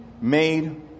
made